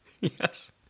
Yes